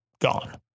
gone